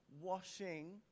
washing